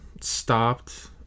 stopped